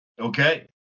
Okay